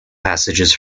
passages